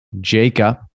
Jacob